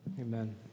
Amen